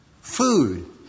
food